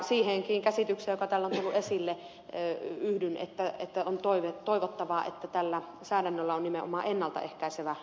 siihenkin käsitykseen joka täällä on tullut esille yhdyn että on toivottavaa että tällä säädännöllä on nimenomaan ennalta ehkäisevä vaikutus